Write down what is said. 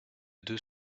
deux